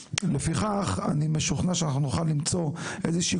לפיכך אני משוכנע שאנחנו נוכל למצוא איזושהי